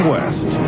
West